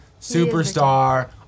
superstar